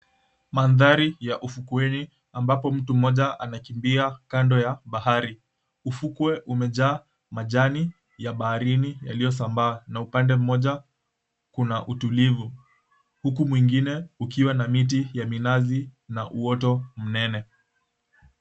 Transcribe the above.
Mandhari ya ufukweni, ambapo mtu mmoja anakimbia kando ya bahari. Ufukwe umejaa majani ya baharini yaliyosambaa, na upande mmoja kuna utulivu. Huku mwingine ukiwa na miti ya minazi na uoto mnene.